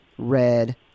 red